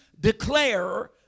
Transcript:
declare